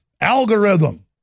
algorithm